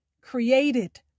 created